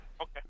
Okay